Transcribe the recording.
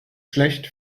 schlecht